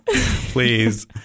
Please